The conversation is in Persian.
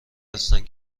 هستند